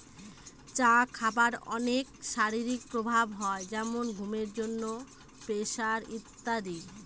চা খাবার অনেক শারীরিক প্রভাব হয় যেমন ঘুমের জন্য, প্রেসার ইত্যাদি